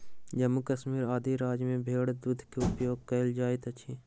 जम्मू कश्मीर आदि राज्य में भेड़क दूध के उपयोग कयल जाइत अछि